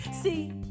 See